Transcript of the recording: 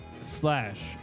slash